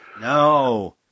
No